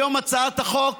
היום הצעת החוק